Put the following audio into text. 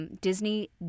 Disney